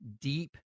deep